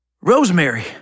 Rosemary